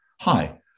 Hi